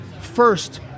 First